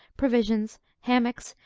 provisions, hammocks,